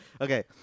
Okay